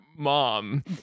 Mom